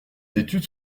d’études